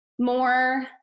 more